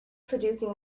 producing